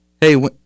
Hey